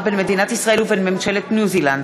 בין מדינת ישראל לבין ממשלת ניו-זילנד,